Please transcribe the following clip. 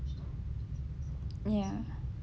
ya